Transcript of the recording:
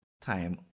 time